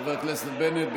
חבר הכנסת בנט,